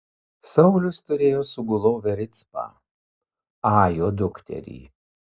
saulius turėjo sugulovę ricpą ajo dukterį